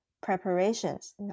preparations